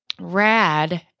RAD